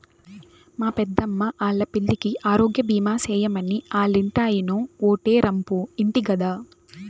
మా పెద్దమ్మా ఆల్లా పిల్లికి ఆరోగ్యబీమా సేయమని ఆల్లింటాయినో ఓటే రంపు ఇంటి గదా